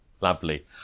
Lovely